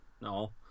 No